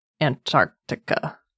antarctica